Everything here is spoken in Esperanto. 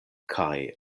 kaj